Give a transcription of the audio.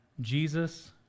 Jesus